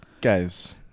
guys